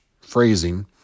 phrasing